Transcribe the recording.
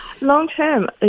Long-term